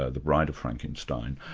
ah the bride of frankenstein,